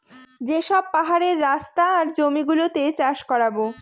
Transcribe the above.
যে সব পাহাড়ের রাস্তা আর জমি গুলোতে চাষ করাবো